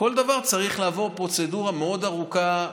כל דבר צריך לעבור פרוצדורה מאוד ארוכה,